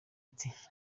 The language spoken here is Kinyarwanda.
ati